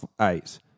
eight